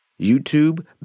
YouTube